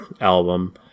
album